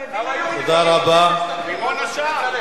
רימון עשן,